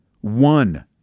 One